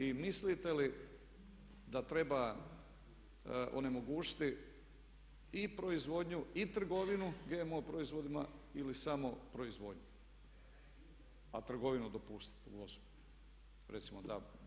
I mislite li da treba onemogućiti i proizvodnju i trgovinu GMO proizvodima ili samo proizvodnju a trgovinu dopustiti, recimo tako.